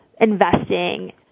investing